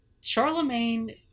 Charlemagne